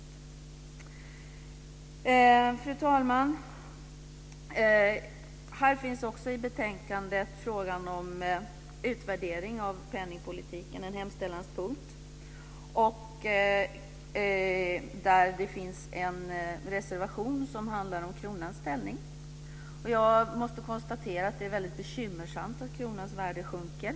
Fru talman! I betänkandet finns också frågan om utvärdering av penningpolitiken. Det är en hemställanspunkt. Där finns det en reservation som handlar om kronans ställning. Jag måste konstatera att det är väldigt bekymmersamt att kronans värde sjunker.